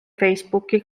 facebooki